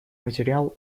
материал